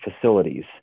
facilities